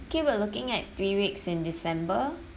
okay we're looking at three weeks in december